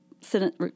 Senate